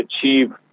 achieve